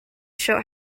show